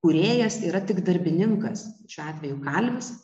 kūrėjas yra tik darbininkas šiuo atveju kalvis